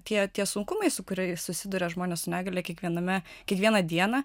tie tie sunkumai su kuriais susiduria žmonės su negalia kiekviename kiekvieną dieną